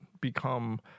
become